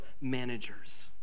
managers